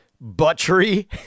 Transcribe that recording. Butchery